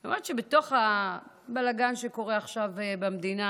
והיא אומרת שבתוך הבלגן שקורה עכשיו במדינה,